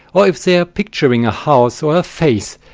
or if they are picturing a house or face,